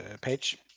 page